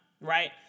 right